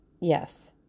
Yes